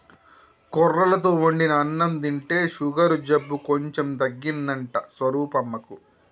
కొర్రలతో వండిన అన్నం తింటే షుగరు జబ్బు కొంచెం తగ్గిందంట స్వరూపమ్మకు